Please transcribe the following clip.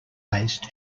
based